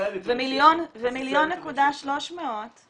ב-1.3 מיליון,